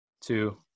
two